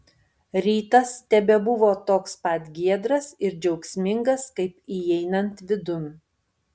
rytas tebebuvo toks pat giedras ir džiaugsmingas kaip įeinant vidun